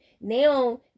now